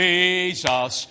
Jesus